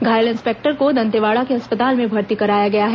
घायल इंस्पेक्टर को दंतेवाड़ा के अस्पताल में भर्ती कराया गया है